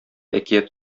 әкият